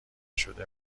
شده